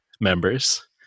members